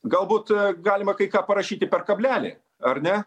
galbūt galima kai ką parašyti per kablelį ar ne